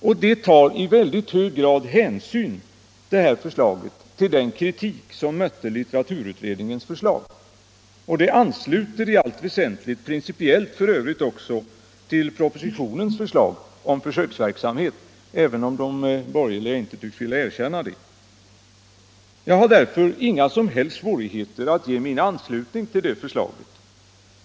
Detta förslag tar i mycket hög grad hänsyn till den kritik som mötte litteraturutredningens förslag, och det ansluter i allt väsentligt principiellt till propositionens förslag om försöksverksamhet, även om de borgerliga inte tycks vilja erkänna det. Jag har därför inga som helst svårigheter att ge min anslutning till det förslaget.